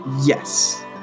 Yes